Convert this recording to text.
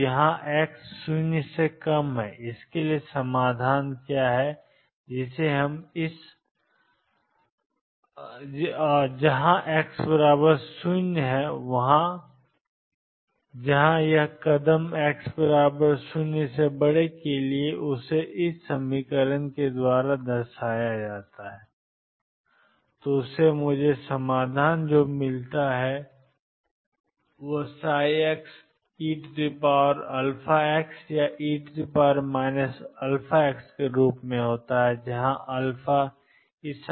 तो यह x0 के लिए समाधान है जहां x0 वह जगह है जहां यह कदम x0 के लिए है मेरे पास 22md2dx2V0ψEψ है और यह मुझे समाधान देता है xeαx या e αx जहां α2mV0 E2